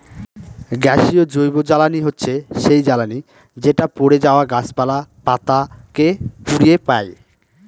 গ্যাসীয় জৈবজ্বালানী হচ্ছে সেই জ্বালানি যেটা পড়ে যাওয়া গাছপালা, পাতা কে পুড়িয়ে পাই